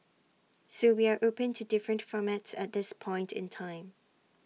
so we are open to different formats at this point in time